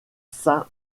saint